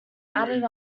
added